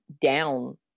down